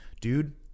Dude